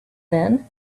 then